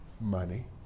Money